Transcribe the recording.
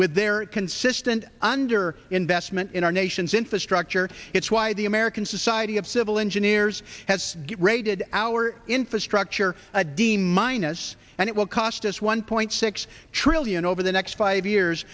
with their consistent under investment in our nation's infrastructure it's why the american society of civil engineers has good rated our infrastructure a d minus and it will cost us one point six trillion over the next five years